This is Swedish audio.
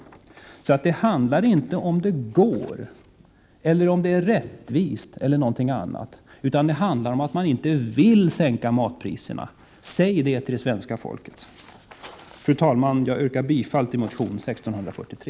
Det handlar inte om huruvida det går, är rättvist eller någonting liknande, utan det handlar om att man inte vill sänka matpriserna. Säg det till svenska folket! Fru talman! Jag yrkar bifall till motion 1643.